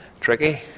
tricky